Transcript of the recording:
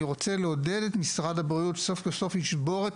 רוצה לעודד את משרד הבריאות סוף כל סוף לשבור את